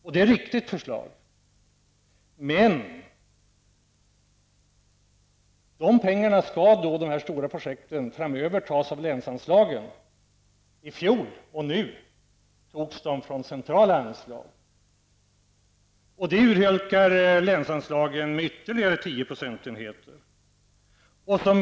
Det är ett riktigt förslag, men pengarna till de stora projekten skall då framöver tas från länsanslagen. Det urholkar länsanslagen med ytterligare 10 procentenheter. I fjol och i år har pengarna tagits från centrala anslag.